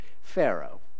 Pharaoh